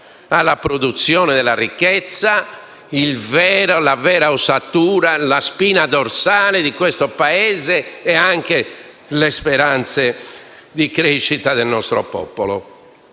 alla produzione della ricchezza, la vera ossatura e la spina dorsale del Paese e anche le speranze di crescita del nostro popolo.